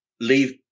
leave